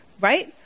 right